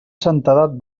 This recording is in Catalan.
santedat